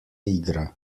igra